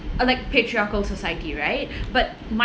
unlike patriarchal society right but might